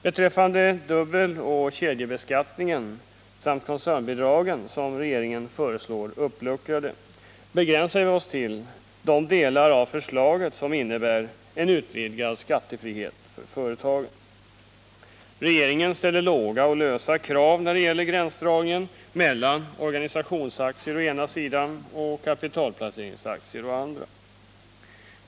Beträffande dubbeloch kedjebeskattningen samt koncernbidragen, för vilka regeringen föreslår reglerna uppluckrade, begränsar vi oss till de delar av förslaget som innebär en utvidgad skattefrihet för företagen. Regeringen ställer låga och lösa krav när det gäller gränsdragningen mellan organisationsaktier å ena sidan och kapitalplaceringsaktier å andra sidan.